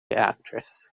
actress